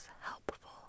helpful